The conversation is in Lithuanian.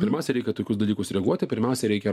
pirmiausia reikia į tokius dalykus reaguoti pirmiausia reikia